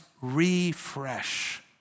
refresh